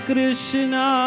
Krishna